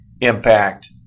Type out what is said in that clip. impact